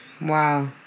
Wow